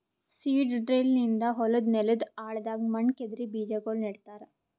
seed drill ನಿಂದ ಹೊಲದ್ ನೆಲದ್ ಆಳದಾಗ್ ಮಣ್ಣ ಕೆದರಿ ಬೀಜಾಗೋಳ ನೆಡ್ತಾರ